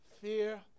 fear